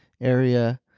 area